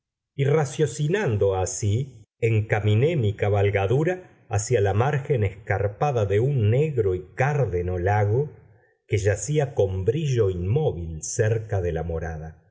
y raciocinando así encaminé mi cabalgadura hacia la margen escarpada de un negro y cárdeno lago que yacía con brillo inmóvil cerca de la morada